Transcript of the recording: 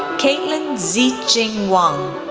kaitlyn zhi qing wong,